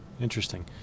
Interesting